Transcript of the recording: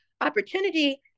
opportunity